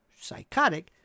psychotic